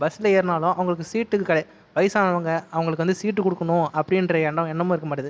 இப்போ பஸ்ஸில் ஏறினாலும் அவங்களுக்கு சீட்டுக்கு வயதானவங்க அவங்களுக்கு வந்து சீட்டு கொடுக்கணும் அப்படின்ற எண்ணம் எண்ணமும் இருக்க மாட்டுது